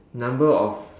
number of